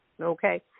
okay